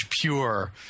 pure